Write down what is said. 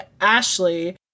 Ashley